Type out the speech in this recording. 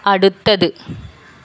അടുത്തത്